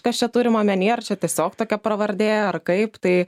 kas čia turima omenyje ar čia tiesiog tokia pravardė ar kaip tai